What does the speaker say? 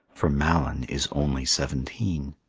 for malyn is only seventeen.